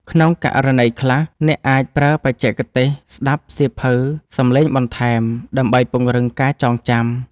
ក្នុងករណីខ្លះ អ្នកអាចប្រើបច្ចេកទេសស្ដាប់សៀវភៅសំឡេងបន្ថែម ដើម្បីពង្រឹងការចងចាំ។